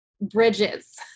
bridges